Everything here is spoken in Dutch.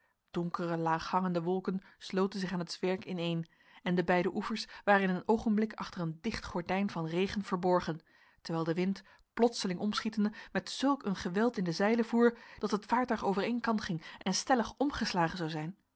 donkere laaghangende wolken sloten zich aan het zwerk ineen en de beide oevers waren in een oogenblik achter een dicht gordijn van regen verborgen terwijl de wind plotseling omschietende met zulk een geweld in de zeilen voer dat het vaartuig over één kant ging en stellig zou omgeslagen zijn